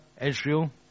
Israel